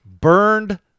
burned